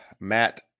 Matt